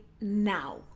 now